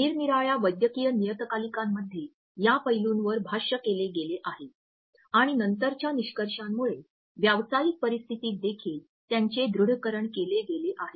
निरनिराळ्या वैद्यकीय नियतकालिकांमध्ये या पैलूवर भाष्य केले गेले आहे आणि नंतरच्या निष्कर्षांमुळे व्यावसायिक परिस्थितीत देखील त्यांचे दृढकरण केले गेले आहे